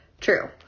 True